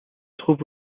trouve